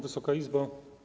Wysoka Izbo!